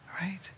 right